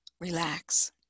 Relax